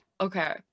Okay